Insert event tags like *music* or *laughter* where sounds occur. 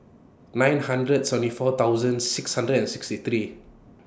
nine hundred seventy four thousand six hundred and sixty three *noise*